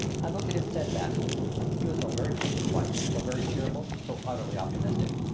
i looked at him steadfastly he was so very pink and white, so very cheerful, so utterly optimistic!